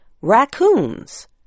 raccoons